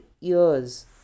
years